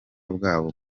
bwabo